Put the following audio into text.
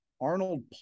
Arnold